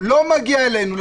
לא מגיע אלינו,